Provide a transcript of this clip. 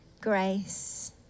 grace